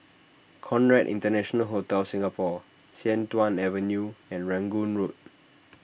Conrad International Hotel Singapore Sian Tuan Avenue and Rangoon Road